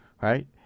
right